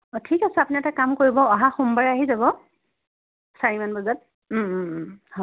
অ' ঠিক আছে আপুনি এটা কাম কৰিব অহা সোমবাৰে আহি যাব চাৰিমান বজাত হয়